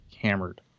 hammered